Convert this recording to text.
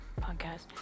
podcast